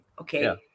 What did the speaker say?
Okay